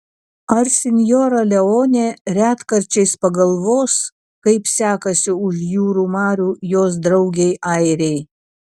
ar sinjora leonė retkarčiais pagalvos kaip sekasi už jūrų marių jos draugei airei